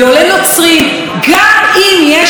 גם אם יש להם פה משפחה,